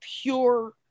pure